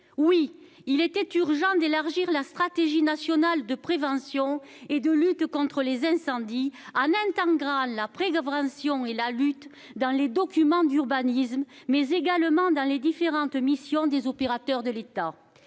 Il était urgent d'élargir la stratégie nationale de prévention et de lutte contre les incendies, en intégrant la prévention et la lutte dans les documents d'urbanisme et dans les différentes missions des opérateurs de l'État.